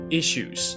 issues